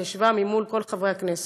ישבה מול כל חברי הכנסת,